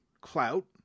Clout